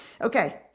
Okay